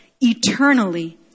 eternally